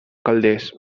calders